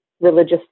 religious